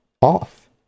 off